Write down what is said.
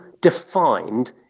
defined